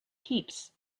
heaps